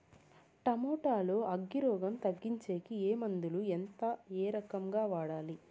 Tomato లో అగ్గి రోగం తగ్గించేకి ఏ మందులు? ఎంత? ఏ రకంగా వాడాలి?